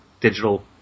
digital